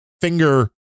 finger